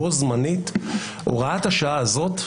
בו זמנית הוראת השעה הזאת,